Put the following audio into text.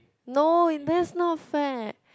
no in there's not fair